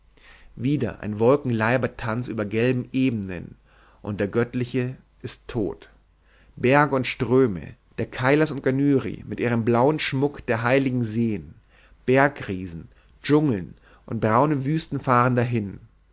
wieder ein wolkenleibertanz über gelben ebenen und der göttliche ist tot berge und ströme der kailas und ganyri mit ihrem blauen schmuck der heiligen seen bergriesen dschungeln und braune wüsten fahren dahin